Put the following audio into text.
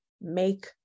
make